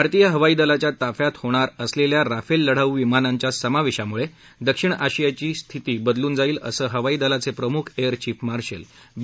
भारतीय हवाई दलाच्या ताफ्यात होणार असलेल्या राफेल लढाऊ विमानांच्या समावेशामुळे दक्षिण आशियाची स्थिती बदलून जाईल असं हवाई दलाचे प्रमुख एअर चीफ मार्शल बी